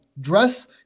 dress